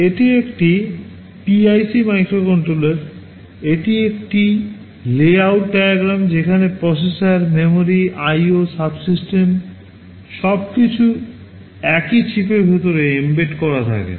এটি একটি PIC microcontroller এটি একটি Layout Diagram যেখানে প্রসেসর মেমরি IO সাবসিস্টেম সমস্ত কিছু একই চিপের ভিতরে এম্বেড করা থাকে